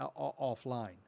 offline